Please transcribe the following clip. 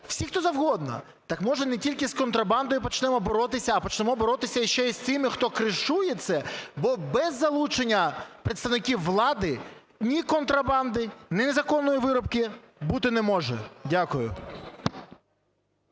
всі, хто завгодно. Так може не тільки з контрабандою почнемо боротися, а почнемо боротися іще і з цими, хто кришує це, бо без залучення представників влади ні контрабанди, ні незаконної вирубки бути не може. Дякую.